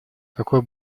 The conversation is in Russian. какой